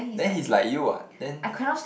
then he's like you what then